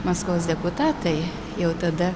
maskvos deputatai jau tada